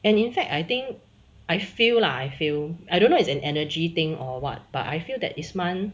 and in fact I think I feel lah I feel I don't know is an energy thing or what but I feel that ismam